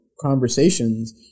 conversations